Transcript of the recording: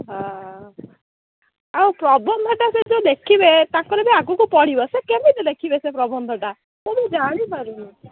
ହଁ ଆଉ ପ୍ରବନ୍ଧଟା ସେ ଯୋଉ ଲେଖିବେ ତାଙ୍କର ବି ଆଗକୁ ପଡ଼ିବ ସେ କେମିତି ଲେଖିବେ ସେ ପ୍ରବନ୍ଧଟା ତୁ ଜାଣିପାରୁନୁ